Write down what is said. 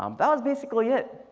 um that was basically it.